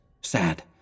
sad